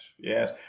Yes